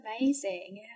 amazing